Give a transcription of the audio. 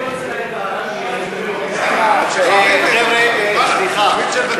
אני רוצה, רגע, חבר'ה, סליחה.